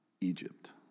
Egypt